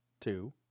two